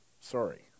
sorry